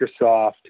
Microsoft